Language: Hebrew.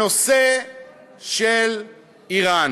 הנושא של איראן,